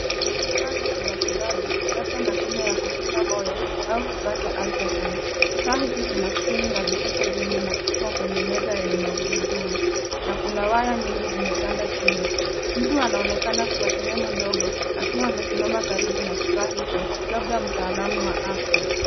Kifaa cha matibabu labda mashine ya kupima moyo au kifaa cha ultra sound .Kifaa hiki kina skrini na viduka vingi na kipo kwenye meza yenye magurudumu na kuna waya nyingi zimetanda chini. Mtu anaonekana kwa sehemu dogo akiwa amesimama karibu na kifaa hicho labda mtaalam wa afya.